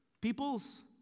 peoples